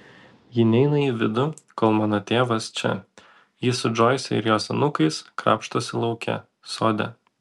ji neina į vidų kol mano tėvas čia ji su džoise ir jos anūkais krapštosi lauke sode